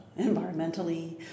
environmentally